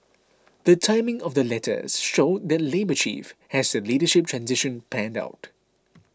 the timing of the letters showed that Labour Chief has the leadership transition planned out